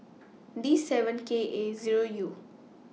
D seven K A Zero U